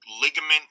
ligament